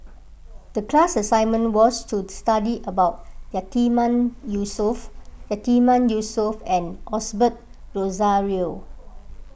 the class assignment was to study about Yatiman Yusof Yatiman Yusof and Osbert Rozario